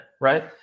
right